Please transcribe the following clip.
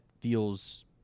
feels